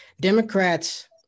Democrats